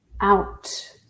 out